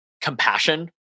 compassion